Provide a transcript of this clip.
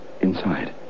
inside